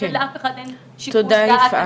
ולאף אחד אין שיקול דעת,